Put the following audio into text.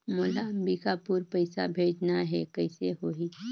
मोला अम्बिकापुर पइसा भेजना है, कइसे होही?